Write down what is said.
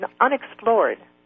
unexplored